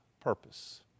purpose